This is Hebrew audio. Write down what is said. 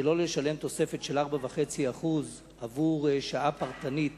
שלא לשלם תוספת של 4.5% עבור שעה פרטנית